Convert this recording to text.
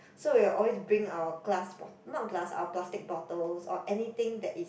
so we'll always bring our glass bot~ not glass our plastic bottles or anything that is